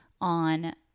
on